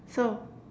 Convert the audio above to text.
so